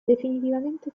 definitivamente